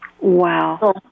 Wow